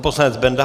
Poslanec Benda.